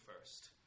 first